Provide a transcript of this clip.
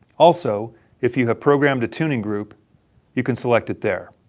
also if you have programmed a tuning group you can select it there.